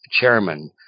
chairman